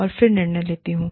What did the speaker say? और फिर निर्णय लेती हूं